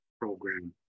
program